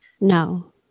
No